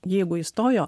jeigu įstojo